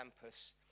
campus